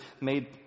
made